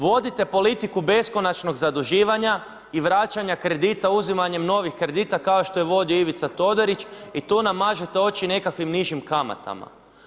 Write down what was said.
Vodite politiku beskonačnog zaduživanja i vraćanja kredita, uzimanjem novih kredita, kao što je vodio Ivica Todorić i tu nam mažete oći nižim kamatama.